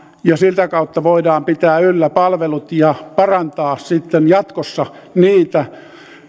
ja sitä kautta voidaan pitää yllä palvelut ja parantaa sitten jatkossa niitä